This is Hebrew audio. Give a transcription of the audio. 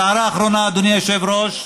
בסערה האחרונה, אדוני היושב-ראש,